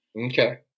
Okay